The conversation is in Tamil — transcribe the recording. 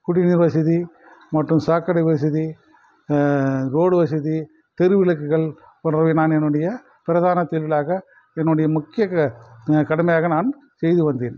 குடிநீர் வசதி மற்றும் சாக்கடை வசதி ரோடு வசதி தெரு விளக்குகள் அப்புறம் நான் என்னுடைய பிரதான தொழிலாக என்னுடைய முக்கிய கடமையாக நான் செய்து வந்தேன்